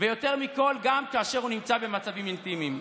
ויותר מכול, גם כאשר הוא נמצא במצבים אינטימיים.